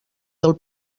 del